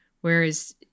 whereas